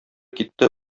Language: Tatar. китте